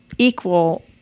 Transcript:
Equal